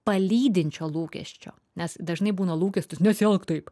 palydinčio lūkesčio nes dažnai būna lūkestis nesielk taip